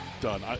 done